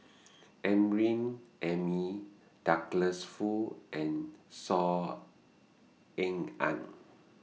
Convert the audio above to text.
Amrin Amin Douglas Foo and Saw Ean Ang